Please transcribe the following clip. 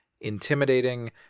intimidating